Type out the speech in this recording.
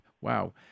Wow